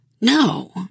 no